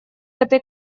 этой